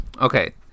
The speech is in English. okay